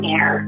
Air